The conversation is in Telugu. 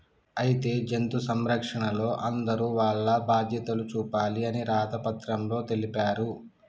అయితే జంతు సంరక్షణలో అందరూ వాల్ల బాధ్యతలు చూపాలి అని రాత పత్రంలో తెలిపారు